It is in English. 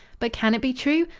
but can it be true?